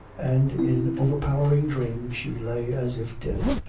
and in overpowering dream she lay as if dead.